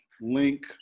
link